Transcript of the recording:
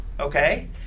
okay